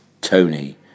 Tony